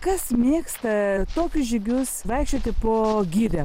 kas mėgsta tokius žygius vaikščioti po girią